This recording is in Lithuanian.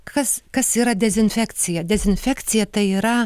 kas kas yra dezinfekcija dezinfekcija tai yra